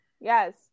Yes